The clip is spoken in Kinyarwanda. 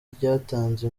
ryatanze